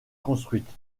construite